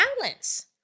balance